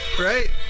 right